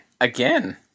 Again